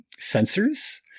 sensors